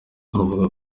avuga